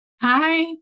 Hi